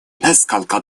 несколько